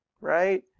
right